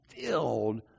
filled